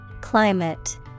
Climate